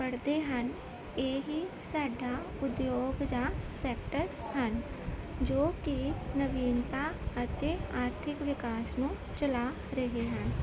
ਪੜ੍ਹਦੇ ਹਨ ਇਹ ਹੀ ਸਾਡਾ ਉਦਯੋਗ ਜਾਂ ਸੈਕਟਰ ਹਨ ਜੋ ਕਿ ਨਵੀਨਤਾ ਅਤੇ ਆਰਥਿਕ ਵਿਕਾਸ ਨੂੰ ਚਲਾ ਰਹੇ ਹਨ